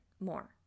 more